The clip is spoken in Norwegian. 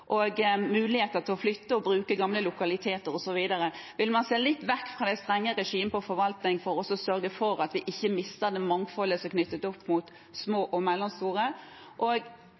og muligheter til å flytte og bruke gamle lokaliteter, osv. Vil man se litt vekk fra det strenge regimet for forvaltning for også å sørge for at vi ikke mister det mangfoldet som er knyttet opp mot små og mellomstore aktører? Og